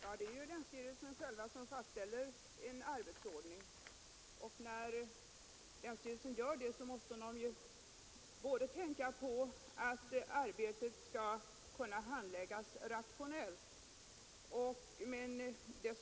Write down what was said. Herr talman! Det är länsstyrelserna själva som fastställer en arbetsordning; när de gör det måste de dels tänka på att arbetet skall skötas rationellt, dels